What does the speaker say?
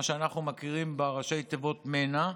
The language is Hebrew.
מה שאנחנו מכירים בראשי התיבות מנ"ע,